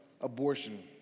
abortion